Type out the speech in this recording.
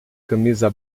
camisa